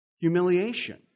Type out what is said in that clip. humiliation